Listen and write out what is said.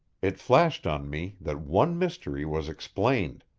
it flashed on me that one mystery was explained.